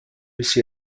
aussi